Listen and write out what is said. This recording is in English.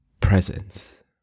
presence